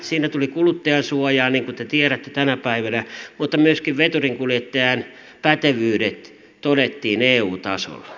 siinä tuli kuluttajansuoja niin kuin te tiedätte tänä päivänä mutta myöskin veturinkuljettajan pätevyydet todettiin eu tasolla